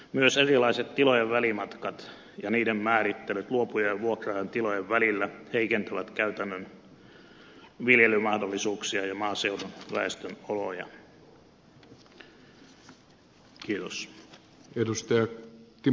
myös erilaiset tilojen välimatkat ja niiden määrittelyt luopujan ja vuokraajan tilojen välillä heikentävät käytännön viljelymahdollisuuksia ja maaseudun väestön oloja